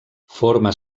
forma